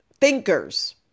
thinkers